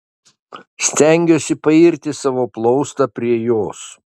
stengiuosi pairti savo plaustą prie jos